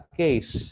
case